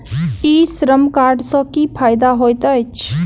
ई श्रम कार्ड सँ की फायदा होइत अछि?